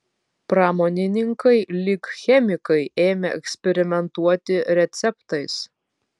pramonininkai lyg chemikai ėmė eksperimentuoti receptais